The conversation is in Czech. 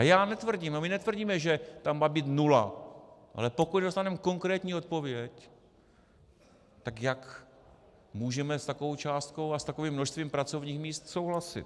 Já netvrdím, nebo my netvrdíme, že tam má být nula, ale pokud nedostaneme konkrétní odpověď, tak jak můžeme s takovou částkou a s takovým množstvím pracovních míst souhlasit?